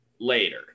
later